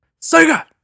sega